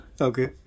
Okay